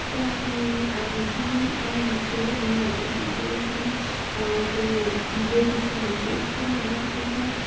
तर अब अब जुन राईहरू थियो उनीहरूको लागि चाहिँ एकदमै त्यो ब्रिटिसहरूले चाहिँ एकदम भन्दा पनि एकदम